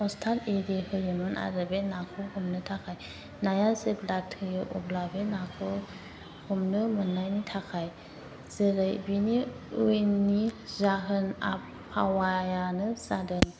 अस्थाड आरि होयोमोन आरो बे नाखौ हमनो थाखाय नाया जेब्ला थैयो अब्ला बे नाखौ हमनो मोननायनि थाखाय जेरै बिनि उननि जाहोन आबहावायानो जादों